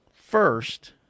first